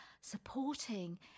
supporting